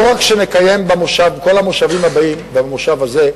לא רק שנקיים בכל המושבים הבאים, וגם במושב הזה,